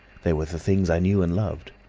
there were the things i knew and loved.